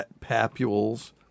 papules